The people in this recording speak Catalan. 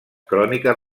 cròniques